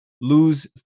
lose